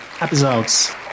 episodes